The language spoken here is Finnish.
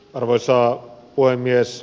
arvoisa puhemies